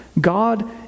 God